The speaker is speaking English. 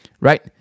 right